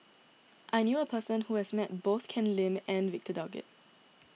I knew a person who has met both Ken Lim and Victor Doggett